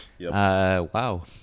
wow